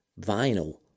vinyl